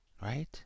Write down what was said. Right